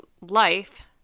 life